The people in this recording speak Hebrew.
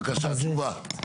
בבקשה, תשובה.